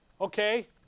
Okay